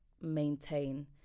maintain